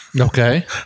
okay